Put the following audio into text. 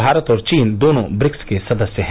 भारत और चीन दोनों ब्रिक्स के सदस्य हैं